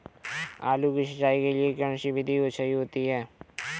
आलू की सिंचाई के लिए कौन सी विधि सही होती है?